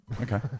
Okay